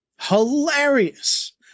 hilarious